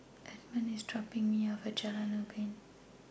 Edmond IS dropping Me off At Jalan Ubin